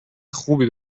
خوبی